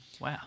Wow